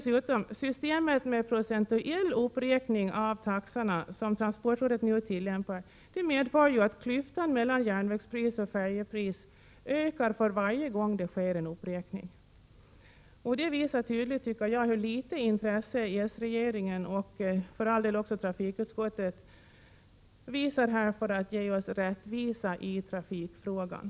Systemet med procentuell uppräkning av taxorna, som transportrådet nu tillämpar, medför dessutom att klyftan mellan järnvägspris och färjepris ökar för varje gång det sker en uppräkning. Detta visar tydligt, tycker jag, hur litet intresse s-regeringen och för all del även trafikutskottet visar för att ge oss rättvisa i trafikfrågan.